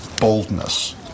boldness